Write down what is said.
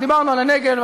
דיברנו על הנגב,